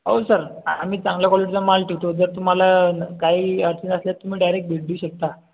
हो सर आम्ही चांगल्या क्वॉलिटीचा माल ठेवतो जर तुम्हाला काही अडचण असल्यास तुम्ही डायरेक्ट भेट देऊ शकता